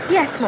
Yes